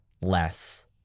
less